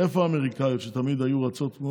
איפה האמריקאיות שתמיד היו רצות?